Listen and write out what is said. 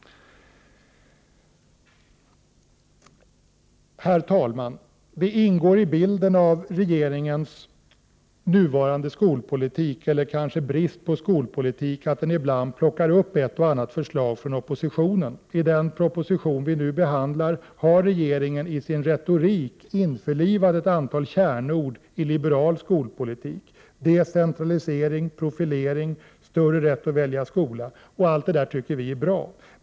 Herr talman! Det ingår i bilden av regeringens nuvarande skolpolitik — eller kanske brist på skolpolitik — att den ibland plockar upp ett och annat förslag från oppositionen. I den proposition vi nu behandlar har regeringen i sin retorik införlivat ett antal kärnord i liberal skolpolitik: decentralisering, profilering, större rätt att välja skola. Allt detta tycker vi är bra.